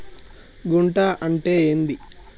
గుంట అంటే ఏంది?